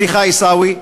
סליחה, עיסאווי.